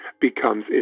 becomes